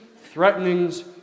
threatenings